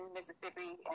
Mississippi